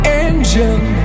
engine